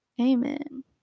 Amen